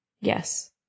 Yes